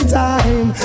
time